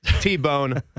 T-Bone